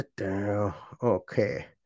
Okay